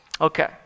Okay